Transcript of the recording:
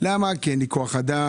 כי אין לך כוח אדם,